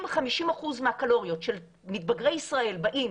אם 50% מהקלוריות של מתבגרי ישראל מגיעים